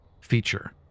feature